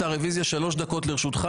בוקר טוב, שלום לכולם.